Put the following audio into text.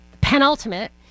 penultimate